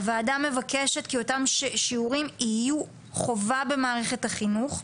הוועדה מבקשת כי אותם שיעורים יהיו חובה במערכת החינוך.